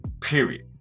Period